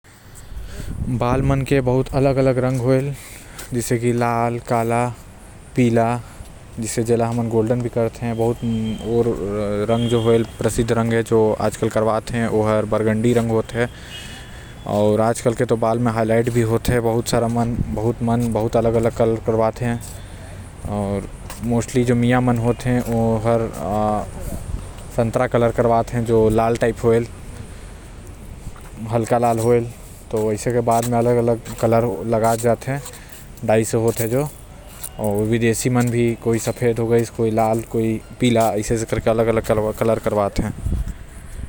बाल के अलग अलग रंग होते जिला करवाते ओ ह अलग बाल होएल आऊ जो प्राकृतिक होएल ओ भी अलग अलग प्रकार के होएल जैसे लाल हो गाइस काला हो गइस आऊ पीला हो गाइस।